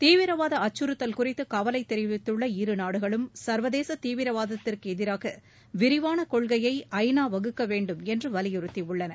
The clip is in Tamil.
தீவிரவாத அச்சுறுத்தல் குறித்து கவலை தெரிவித்துள்ள இருநாடுகளும் சா்வதேச தீவிரவாதத்திற்கு எதிராக விரிவான கொள்கையை ஐ நா வகுக்க வேண்டும் என்று வலியுறுத்தியுள்ளன